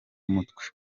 umutwe